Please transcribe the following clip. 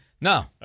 No